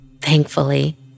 Thankfully